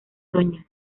dña